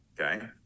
Okay